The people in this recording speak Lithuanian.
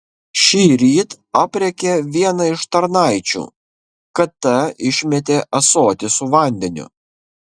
šįryt aprėkė vieną iš tarnaičių kad ta išmetė ąsotį su vandeniu